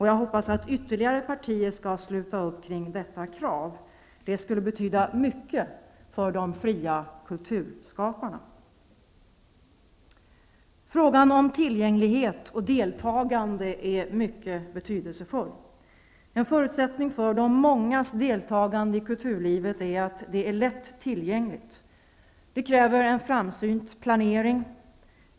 Jag hoppas att ytterligare partier skall sluta upp kring detta krav. Det skulle betyda mycket för de fria kulturskaparna. Frågan om tillgänglighet och deltagande är mycket betydelsefull. En förutsättning för de mångas deltagande i kulturlivet är att det är lätt tillgängligt. Detta kräver en framsynt planering.